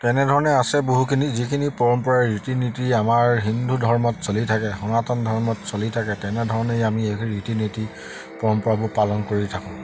তেনেধৰণে আছে বহুখিনি যিখিনি পৰম্পৰা ৰীতি নীতি আমাৰ হিন্দু ধৰ্মত চলি থাকে সনাতন ধৰ্মত চলি থাকে তেনেধৰণেই আমি এই ৰীতি নীতি পৰম্পৰাবোৰ পালন কৰি থাকোঁ